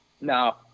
No